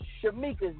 Shamika's